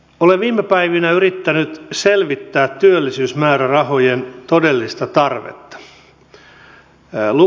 olen viime päivinä yrittänyt selvittää työllisyysmäärärahojen todellista tarvetta